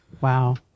Wow